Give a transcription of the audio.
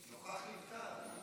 נוכח נפקד.